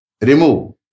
remove